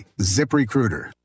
ZipRecruiter